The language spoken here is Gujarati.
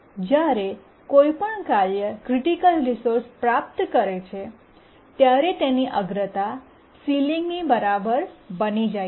જ્યારે પણ કોઈ કાર્ય ક્રિટિકલ રિસોર્સ પ્રાપ્ત કરે છે ત્યારે તેની અગ્રતા સીલીંગની બરાબર બની જાય છે